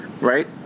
right